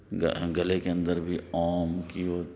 گا گلے کے اندر بھی اوم کی وہ